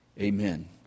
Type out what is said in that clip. Amen